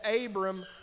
Abram